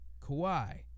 Kawhi